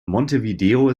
montevideo